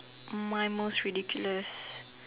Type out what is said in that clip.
my most ridiculous